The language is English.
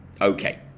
Okay